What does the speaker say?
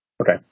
Okay